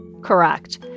Correct